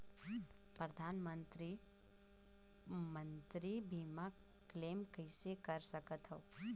परधानमंतरी मंतरी बीमा क्लेम कइसे कर सकथव?